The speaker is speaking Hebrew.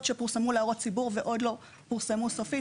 שפורסמו להערות ציבור ועוד לא פורסמו סופית,